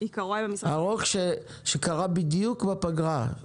ארוך שקרה בדיוק בפגרה.